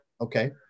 Okay